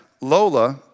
Lola